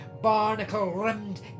barnacle-rimmed